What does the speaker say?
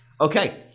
Okay